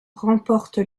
remporte